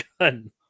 gun